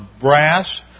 brass